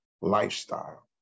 lifestyle